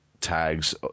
tags